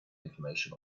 information